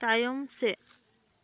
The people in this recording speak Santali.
ᱛᱟᱭᱚᱢ ᱥᱮᱫ